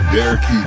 Derek